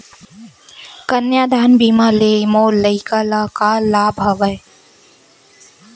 कन्यादान बीमा ले मोर लइका ल का लाभ हवय?